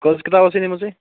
کۅس کِتاب ٲسوٕ نِمٕژ تۅہہِ